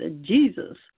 Jesus